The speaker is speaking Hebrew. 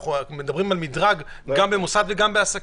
אנחנו מדברים על מדרג גם במוסד וגם בעסקים.